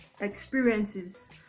experiences